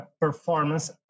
performance